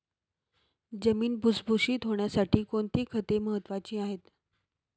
जमीन भुसभुशीत होण्यासाठी कोणती खते महत्वाची आहेत?